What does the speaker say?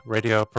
Radio